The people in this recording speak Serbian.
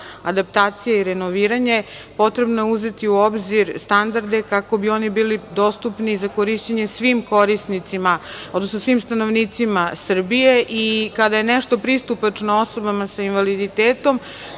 adaptacija i renoviranje, potrebno je uzeti u obzir standarde, kako bi oni bili dostupni za korišćenje svim korisnicima odnosno svim stanovnicima Srbije. Kada je nešto pristupačno osobama sa invaliditetom,